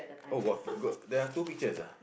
oh got got there are two pictures ah